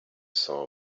saw